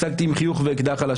השגתי עם חיוך ואקדח על השולחן.